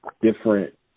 different